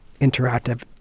interactive